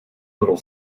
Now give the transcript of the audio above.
little